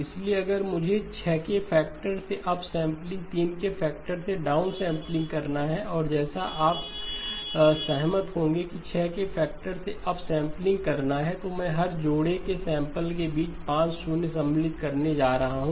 इसलिए अगर मुझे 6 के फैक्टर से अपसैंपलिंग 3 के फैक्टर से डाउनसैंपलिंग करना है और जैसा कि आप सहमत होंगे कि 6 के फैक्टर से अपसैंपलिंग करना है तो मैं हर जोड़े के सैंपल के बीच 5 शून्य सम्मिलित करने जा रहा हूं